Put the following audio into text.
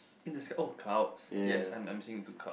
in the sky oh clouds yes I am I am seeing two clouds